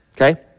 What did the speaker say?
okay